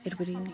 এইটো কৈ দিওঁ নি